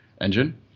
engine